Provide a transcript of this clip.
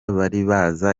baribaza